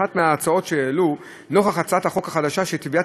אחת מההצעות שהועלו נוכח הצעת החוק החדשה היא שטביעות